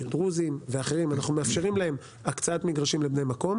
של דרוזים ושל אחרים הקצאת מגרשים לבני המקום,